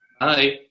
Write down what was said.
Hi